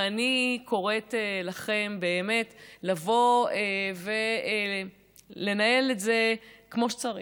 ואני קוראת לכם באמת לבוא ולנהל את זה כמו שצריך,